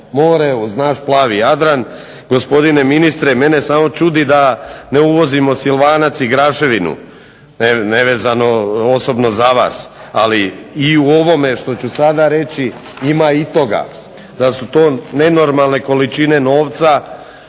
more uz naš plavi Jadran, gospodine ministre mene samo čudi da ne uvozimo Silvanac i Graševinu, nevezano osobno za vas. I u ovome što ću sada reći ima i toga da su to nenormalne količine novca